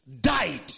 died